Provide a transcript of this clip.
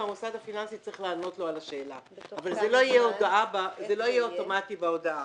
והמוסד הפיננסי צריך לענות לו על השאלה אבל זה לא יהיה אוטומטי בהודעה.